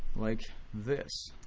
like this.